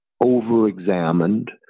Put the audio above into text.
over-examined